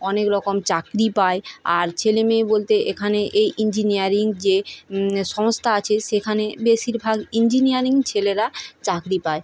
অনেক রকম চাকরি পায় আর ছেলে মেয়ে বলতে এখানে এই ইঞ্জিনিয়ারিং যে সংস্থা আছে সেখানে বেশিরভাগ ইঞ্জিনিয়ারিং ছেলেরা চাকরি পায়